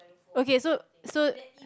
okay so so